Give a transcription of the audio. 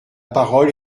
parole